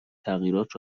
تغییرات